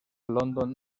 london